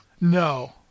No